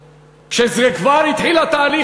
כשכבר התחיל התהליך.